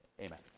amen